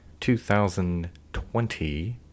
2020